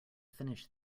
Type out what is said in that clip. finish